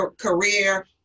career